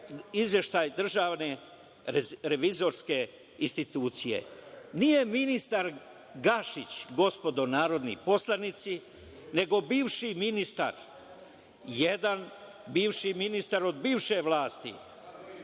izveštaj Državne revizorske institucije. Nije ministar Gašić, gospodo narodni poslanici, nego bivši ministar, jedan bivši ministar od bivše vlasti,